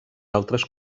altres